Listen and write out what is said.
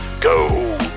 go